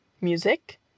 music